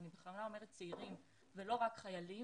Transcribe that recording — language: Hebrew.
ואני בכוונה אומרת צעירים ולא רק חיילים,